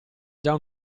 già